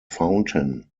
fountain